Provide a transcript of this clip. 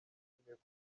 bishimiye